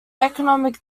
economic